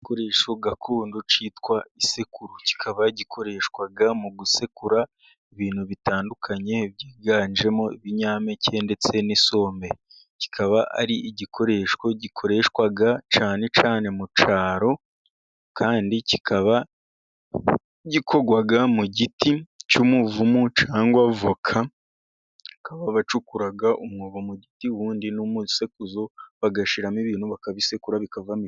Igikoresho gakondo cyitwa isekuru , kikaba gikoreshwa mu gusekura ibintu bitandukanye, byiganjemo ibinyampeke ndetse ni isombe , kikaba ari igikoresho gikoreshwa cyane cyane mu cyaro, kandi kikaba gikorwa mu giti cy'umuvumu, cyangwa voka , bakaba bacukura umwobo mu giti ubundi n'umusekuzo bagashimo ibintu bakabisekura bikava.